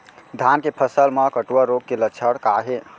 धान के फसल मा कटुआ रोग के लक्षण का हे?